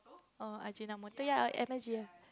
oh yea M_S_G